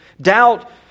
Doubt